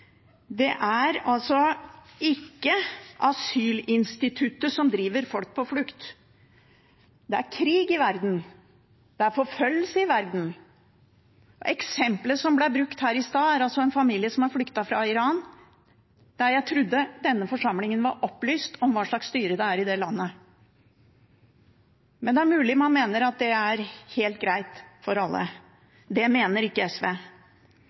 Det er ikke asylinstituttet som driver folk på flukt. Det er krig i verden. Det er forfølgelse i verden. Eksempelet som ble brukt her i stad, er en familie som har flyktet fra Iran. Jeg trodde denne forsamlingen var opplyst om hva slags styre det er i det landet, men det er mulig man mener det er helt greit for alle. Det mener ikke SV.